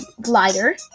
Glider